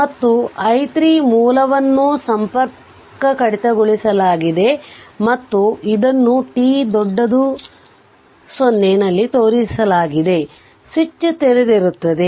ಮತ್ತು i3 ಮೂಲವನ್ನು ಸಂಪರ್ಕ ಕಡಿತಗೊಳಿಸಲಾಗಿದೆ ಮತ್ತು ಇದನ್ನು t 0 ನಲ್ಲಿ ತೋರಿಸಲಾಗಿದೆ ಸ್ವಿಚ್ ತೆರೆದಿರುತ್ತದೆ